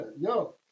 yo